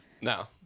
No